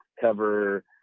cover